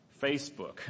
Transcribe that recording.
Facebook